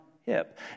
hip